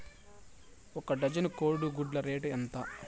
ఒక డజను కోడి గుడ్ల రేటు ఎంత?